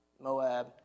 Moab